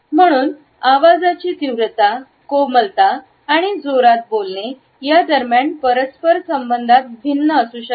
म्हणून आवाजाची तीव्रता कोमलता आणि जोरात बोलणे या दरम्यान परस्पर संबंधात भिन्न असू शकते